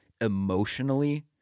emotionally